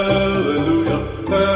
Hallelujah